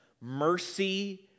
mercy